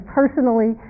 personally